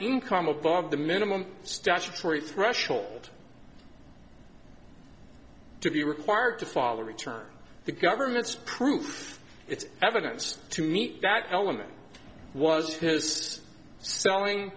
income above the minimum statutory threshold to be required to follow returns the government's proof it's evidence to meet that element was his selling